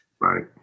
Right